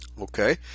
okay